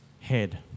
head